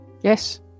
Yes